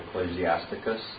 Ecclesiasticus